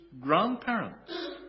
grandparents